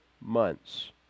months